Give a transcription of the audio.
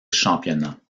championnats